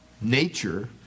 nature